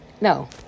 no